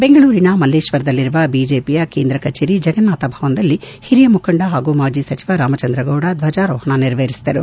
ಬೆಂಗಳೂರಿನ ಮಲ್ಲೇತ್ವರದಲ್ಲಿರುವ ಬಿಜೆಪಿಯ ಕೇಂದ್ರ ಕಚೇರಿ ಜಗನ್ನಾಥ ಭವನದಲ್ಲಿ ಹಿರಿಯ ಮುಖಂಡ ಹಾಗೂ ಮಾಜಿ ಸಚಿವ ರಾಮಚಂದ್ರಗೌಡ ಧ್ವಜಾರೋಹಣ ನೆರವೇರಿಸಿದರು